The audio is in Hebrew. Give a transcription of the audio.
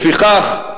לפיכך,